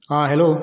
आ hello